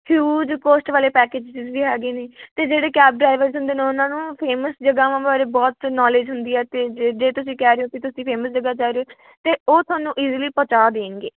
huge cost ਵਾਲੇ packages ਵੀ ਹੈਗੇ ਨੇ ਅਤੇ ਜਿਹੜੇ ਕੈਬ ਡ੍ਰਾਈਵਰਸ ਹੁੰਦੇ ਨੇ ਉਨ੍ਹਾਂ ਨੂੰ ਫੇਮਸ ਜਗ੍ਹਾਵਾਂ ਬਾਰੇ ਬਹੁਤ ਨੌਲਿਜ ਹੁੰਦੀ ਹੈ ਅਤੇ ਜੇ ਜੇ ਤੁਸੀਂ ਕਹਿ ਰਹੇ ਹੋ ਤੁਸੀਂ ਫੇਮਸ ਜਗ੍ਹਾ ਜਾ ਰਹੇ ਹੋ ਤਾਂ ਉਹ ਤੁਹਾਨੂੰ ਈਜ਼ਿਲੀ ਪਹੁੰਚਾ ਦੇਣਗੇ